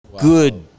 Good